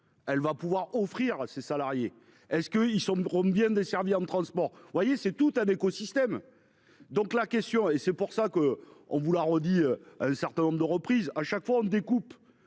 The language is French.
Elle va pouvoir offrir ses salariés, est-ce que ils sont Roms bien desservi en transports, vous voyez, c'est tout un écosystème. Donc la question et c'est pour ça que on vous l'a redit un certain nombre de reprises, à chaque fois on découpe,